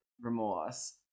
remorse